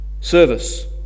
Service